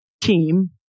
team